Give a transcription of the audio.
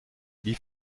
wie